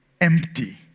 empty